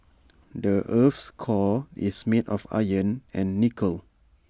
the Earth's core is made of iron and nickel